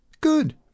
Good